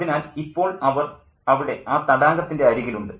അതിനാൽ ഇപ്പോൾ അവർ അവിടെ ആ തടാകത്തിൻ്റെ അരികിലുണ്ട്